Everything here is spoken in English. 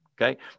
Okay